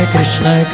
Krishna